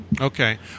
Okay